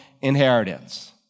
inheritance